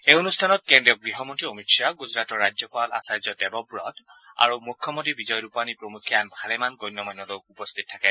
এই অনুষ্ঠানত কেন্দ্ৰীয় গৃহমন্ত্ৰী অমিত শ্বাহ গুজৰাটৰ ৰাজ্যপাল আচাৰ্য দেৱৱত আৰু মুখ্যমন্ত্ৰী বিজয় ৰূপানী প্ৰমুখ্যে আন ভালেমান গণ্য মান্য লোক উপস্থিত থাকে